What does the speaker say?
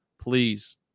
please